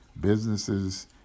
businesses